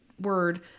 word